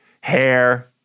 Hair